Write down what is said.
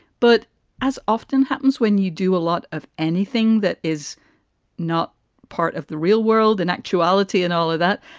but as often happens when you do a lot of anything that is not part of the real world in actuality and all of that,